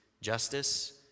justice